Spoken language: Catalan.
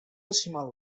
decimal